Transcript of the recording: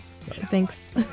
thanks